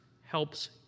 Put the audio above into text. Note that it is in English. helps